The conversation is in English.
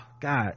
God